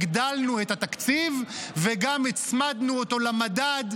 הגדלנו את התקציב וגם הצמדנו אותו למדד.